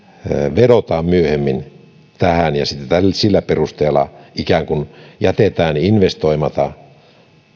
vedotaan myöhemmin tähän ja sitten sillä perustella ikään kuin jätetään investoimatta